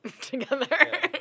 together